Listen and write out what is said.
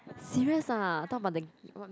serious ah talk about the